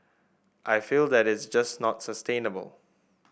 I feel that is just not sustainable